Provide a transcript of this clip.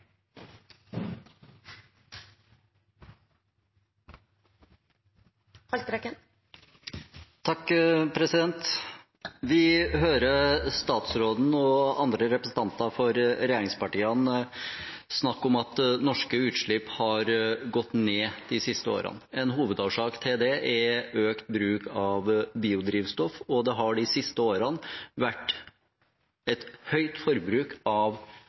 Vi hører statsråden og andre representanter for regjeringspartiene snakke om at norske utslipp har gått ned de siste årene. En av hovedårsakene til det er økt bruk av biodrivstoff. Det har de siste årene vært et høyt forbruk av